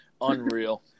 Unreal